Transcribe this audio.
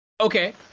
Okay